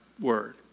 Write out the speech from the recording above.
word